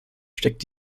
steckt